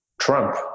Trump